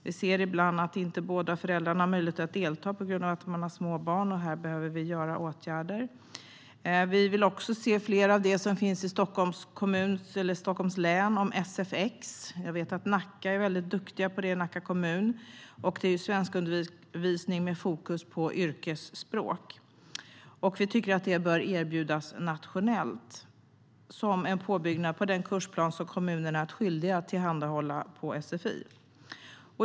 Vi ser ibland att inte båda föräldrarna har möjlighet att delta på grund av att man har små barn. Här behöver vi vidta åtgärder. Vi vill också se mer sfx, som finns i Stockholms län. Jag vet att Nacka kommun är väldigt duktig på det. Det är svenskundervisning med fokus på yrkesspråk. Vi tycker att det bör erbjudas nationellt som en påbyggnad på den kursplan som kommunerna är skyldiga att tillhandahålla för sfi.